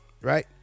right